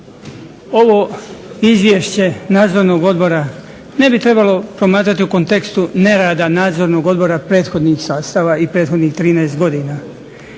Ovo Izvješće nadzornog odbora ne bi trebalo promatrati u kontekstu nerada nadzornog odbora prethodnih sastava i prethodnih 13 godina.